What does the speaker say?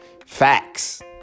facts